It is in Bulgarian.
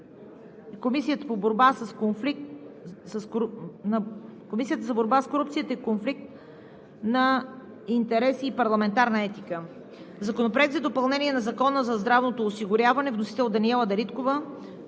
Комисията за борба с корупцията и конфликт на интереси и парламентарна етика. Законопроект за допълнение на Закона за здравното осигуряване. Вносител – Даниела Дариткова.